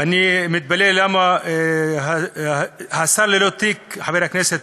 ואני מתפלא למה השר ללא תיק, חבר הכנסת,